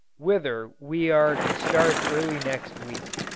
whither we are to start early next week.